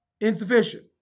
insufficient